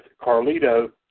Carlito